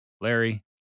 larry